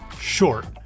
short